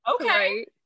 okay